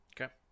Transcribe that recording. Okay